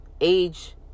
age